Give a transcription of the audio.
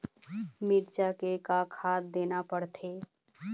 मिरचा मे का खाद देना पड़थे?